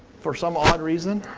for some odd reason?